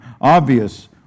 obvious